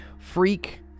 Freak